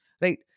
Right